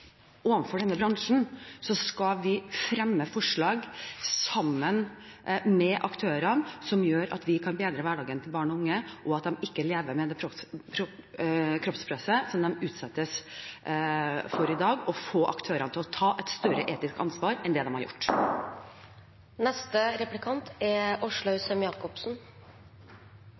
denne bransjen, skal vi, sammen med aktørene, fremme forslag som gjør at vi kan bedre hverdagen til barn og unge, slik at de ikke må leve med det kroppspresset de utsettes for i dag , og få aktørene til å ta et større etisk ansvar enn det de har gjort. Presidenten minner om at når klubba går i bordet, betyr det at taletiden er